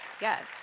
yes